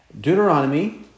Deuteronomy